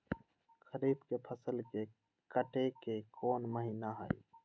खरीफ के फसल के कटे के कोंन महिना हई?